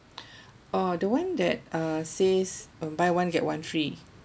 oh the one that uh says buy one get one free